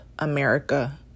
America